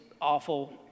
awful